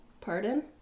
Pardon